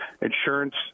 Insurance